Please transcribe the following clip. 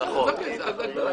חוסר עמדה.